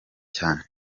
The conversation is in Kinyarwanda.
cyane